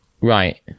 right